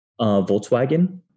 Volkswagen